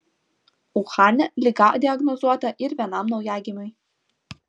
uhane liga diagnozuota ir vienam naujagimiui